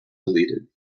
deleted